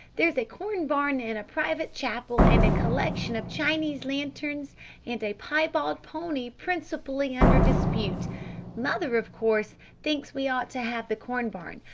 there's a corn-barn and a private chapel and a collection of chinese lanterns and a piebald pony principally under dispute mother, of course thinks we ought to have the corn-barn.